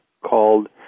called